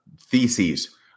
theses